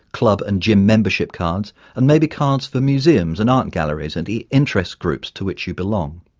club and gym membership cards and maybe cards for museums and art galleries and the interest groups to which you belong.